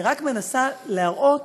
אני רק מנסה להראות